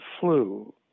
flu